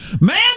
Man